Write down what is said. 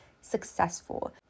successful